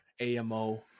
AMO